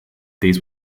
these